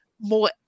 more